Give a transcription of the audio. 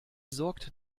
sorgt